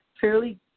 fairly